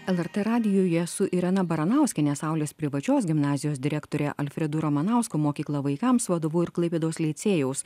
lrt radijuje su irena baranauskienė saulės privačios gimnazijos direktore alfredu ramanausku mokykla vaikams vadovu ir klaipėdos licėjaus